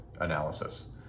analysis